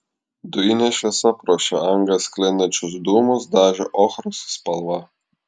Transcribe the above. dujinė šviesa pro šią angą sklindančius dūmus dažė ochros spalva